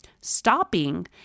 Stopping